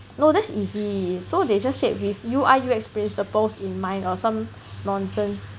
no that's easy so they just said with U_I U_X principles in mind or some nonsense